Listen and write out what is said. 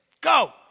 go